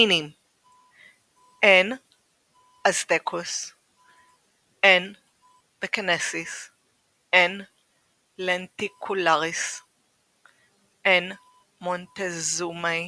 מינים N. aztecus N. beckensis N. lenticularis N. montezumae